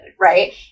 right